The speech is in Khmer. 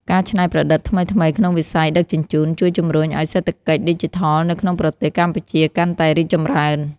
ការច្នៃប្រឌិតថ្មីៗក្នុងវិស័យដឹកជញ្ជូនជួយជម្រុញឱ្យសេដ្ឋកិច្ចឌីជីថលនៅក្នុងប្រទេសកម្ពុជាកាន់តែរីកចម្រើន។